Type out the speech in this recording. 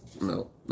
No